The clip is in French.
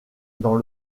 dans